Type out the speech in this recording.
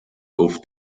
oft